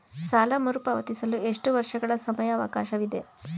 ಸಾಲ ಮರುಪಾವತಿಸಲು ಎಷ್ಟು ವರ್ಷಗಳ ಸಮಯಾವಕಾಶವಿದೆ?